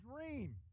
dream